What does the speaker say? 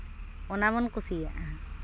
ᱚᱱᱟᱵᱚᱱ ᱠᱩᱥᱤᱭᱟᱜᱼᱟ